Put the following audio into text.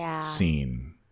scene